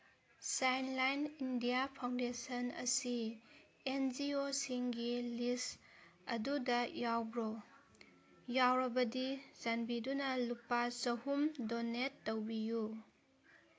ChildLine India Foundation ꯑꯁꯤ ꯑꯦꯟ ꯖꯤ ꯑꯣꯁꯤꯡꯒꯤ ꯂꯤꯁ ꯑꯗꯨꯗ ꯌꯥꯎꯕ꯭ꯔꯣ ꯌꯥꯎꯔꯕꯗꯤ ꯆꯥꯟꯕꯤꯗꯨꯅ ꯂꯨꯄꯥ ꯆꯍꯨꯝ ꯗꯣꯅꯦꯠ ꯇꯧꯕꯤꯌꯨ